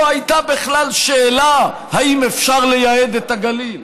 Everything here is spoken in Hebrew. לא הייתה בכלל שאלה אם אפשר לייהד את הגליל,